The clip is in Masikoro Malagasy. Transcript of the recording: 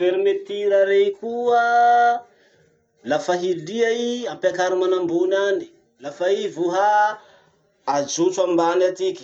Fermetura rey koa: lafa hilia i, ampiakary manambony any, lafa i vohà, ajotso ambany atiky.